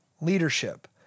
leadership